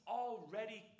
already